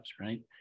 right